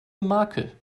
makel